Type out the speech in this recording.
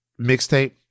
mixtape